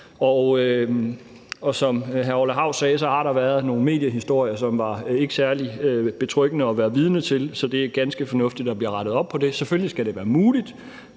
Og som hr. Orla Hav sagde, har der været nogle mediehistorier, som ikke var særlig betryggende at være vidne til, så det er ganske fornuftigt, at der bliver rettet op på det. Selvfølgelig skal det være muligt